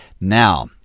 Now